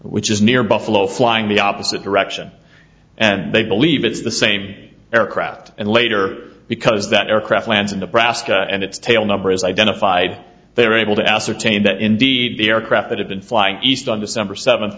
which is near buffalo flying the opposite direction and they believe it's the same aircraft and later because that aircraft lands in the brassica and its tail number is identified they were able to ascertain that indeed the aircraft would have been flying east on december seventh